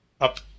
up